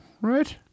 right